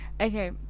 Okay